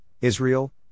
Israel